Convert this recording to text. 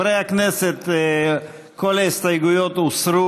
ללא הסתייגויות.